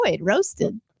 roasted